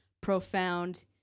profound